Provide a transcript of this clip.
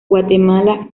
guatemala